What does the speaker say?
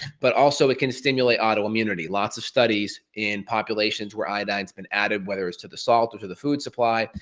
but also it can stimulate autoimmunity. lots of studies and populations where iodine's been added whether it's to the salt or to the food supply,